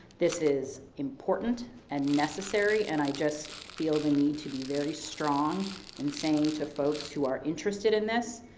this is important and necessary and i just feel the need to be very strong in saying to folks who are interested in this,